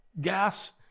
gas